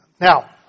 Now